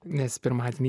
nes pirmadienį